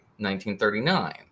1939